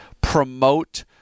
promote